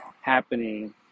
happening